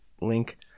Link